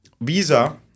visa